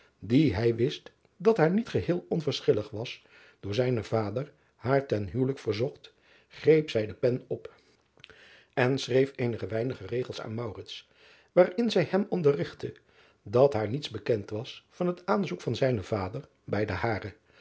die hij wist dat haar niet geheel onverschillig was door zijnen vader haar ten huwelijk verzocht greep zij de pen op en schreef eenige weinige regels aan waarin zij hem onderrigtte dat haar niets bekend was van het aanzoek van zijnen vader bij den haren